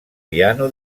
piano